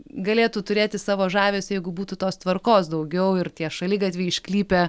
galėtų turėti savo žavesį jeigu būtų tos tvarkos daugiau ir tie šaligatviai išklypę